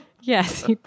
Yes